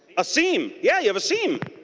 ah seem. yeah you have a scene.